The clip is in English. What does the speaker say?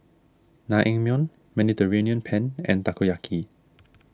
Naengmyeon Mediterranean Penne and Takoyaki